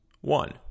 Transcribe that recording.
One